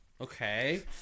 Okay